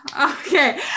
Okay